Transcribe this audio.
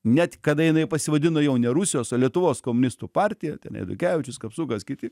net kada jinai pasivadino jau ne rusijos o lietuvos komunistų partija ten eidukevičius kapsukas kiti